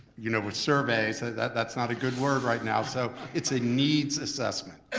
you know with surveys, that's not a good word right now. so it's a needs assessment and